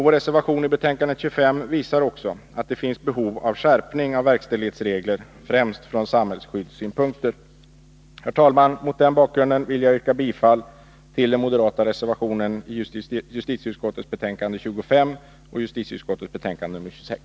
Vår reservation i betänkandet nr 25 visar också att det finns behov av skärpning av verkställighetsreglerna, främst från samhällsskyddssynpunkter. Herr talman! Mot denna bakgrund vill jag yrka bifall till de moderata reservationerna i justitieutskottets betänkanden 25 och 26.